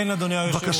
כן, אדוני היושב-ראש.